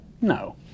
No